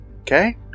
okay